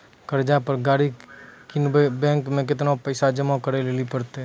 कर्जा पर गाड़ी किनबै तऽ बैंक मे केतना पैसा जमा करे लेली पड़त?